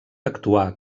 actuar